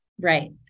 Right